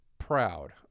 proud